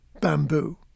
bamboo